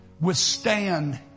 withstand